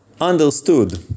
understood